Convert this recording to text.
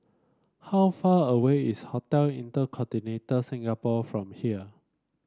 how far away is Hotel Inter Continental Singapore from here